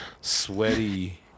sweaty